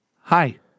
Hi